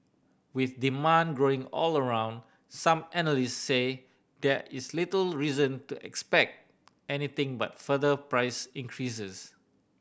with demand growing all around some analysts say there is little reason to expect anything but further price increases